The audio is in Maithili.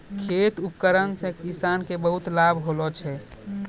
खेत उपकरण से किसान के बहुत लाभ होलो छै